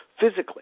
physically